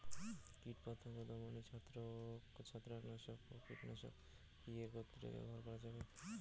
কীটপতঙ্গ দমনে ছত্রাকনাশক ও কীটনাশক কী একত্রে ব্যবহার করা যাবে?